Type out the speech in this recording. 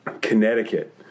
Connecticut